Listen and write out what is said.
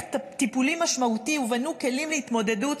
טיפולי משמעותי ובנו כלים להתמודדות,